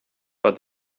but